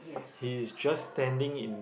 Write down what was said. he's just standing in